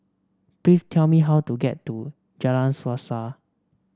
please tell me how to get to Jalan Suasa